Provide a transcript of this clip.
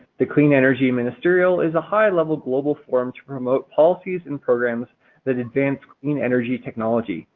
the clean energy ministerial is a high-level global forum to promote policies and programs that advance clean energy technology,